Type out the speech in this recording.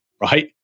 right